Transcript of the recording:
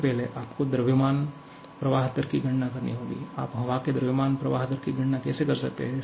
सबसे पहले आपको द्रव्यमान प्रवाह दर की गणना करनी होगी आप हवा के द्रव्यमान प्रवाह दर की गणना कैसे कर सकते हैं